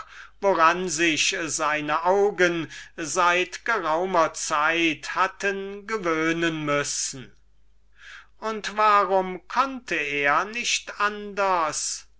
woran sich seine augen seit geraumer zeit hatten gewöhnen müssen und warum konnte er nicht anders